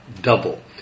double